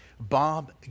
Bob